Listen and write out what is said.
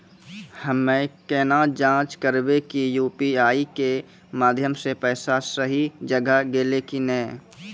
हम्मय केना जाँच करबै की यु.पी.आई के माध्यम से पैसा सही जगह गेलै की नैय?